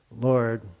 Lord